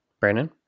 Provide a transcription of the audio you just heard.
Brandon